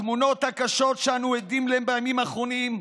התמונות הקשות שאנו עדים להן בימים האחרונים,